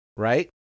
Right